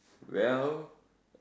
well